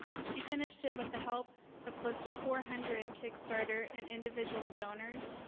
she finished it with the help of close to four hundred kickstarter and individual donors,